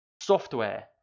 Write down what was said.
software